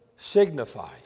signifies